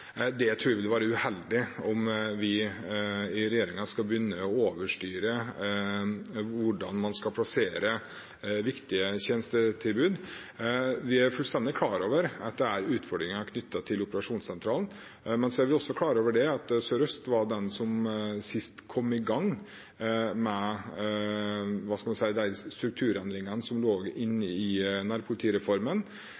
ville være uheldig om vi i regjeringen skulle begynne å overstyre hvordan man skal plassere viktige tjenestetilbud. Vi er fullstendig klar over at det er utfordringer knyttet til operasjonssentralen, men vi er også klar over at Sør-Øst politidistrikt var det som sist kom i gang med strukturendringene som lå i nærpolitireformen. Vi